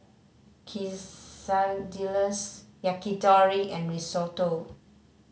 Quesadillas Yakitori and Risotto